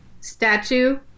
statue